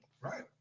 right